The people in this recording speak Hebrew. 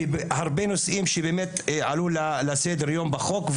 בהרבה נושאים שבאמת עלו לסדר-היום בחוק,